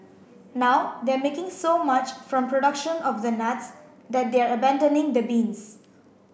now they're making so much from production of the nuts that they're abandoning the beans